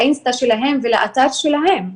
לאינסטגרם שלהם ולאתר שלהם.